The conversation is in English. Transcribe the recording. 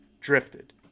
drifted